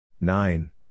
Nine